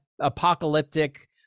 apocalyptic